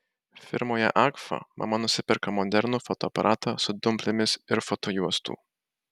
firmoje agfa mama nusiperka modernų fotoaparatą su dumplėmis ir fotojuostų